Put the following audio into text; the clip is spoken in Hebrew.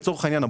לצורך העניין,